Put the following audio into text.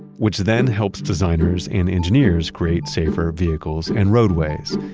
which then helps designers and engineers create safer vehicles and roadways.